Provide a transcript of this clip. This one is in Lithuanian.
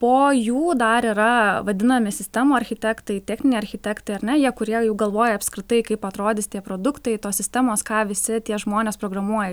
po jų dar yra vadinami sistemų architektai techniniai architektai ar ne jie kurie jau galvoja apskritai kaip atrodys tie produktai tos sistemos ką visi tie žmonės programuoja